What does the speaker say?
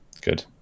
Good